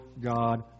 God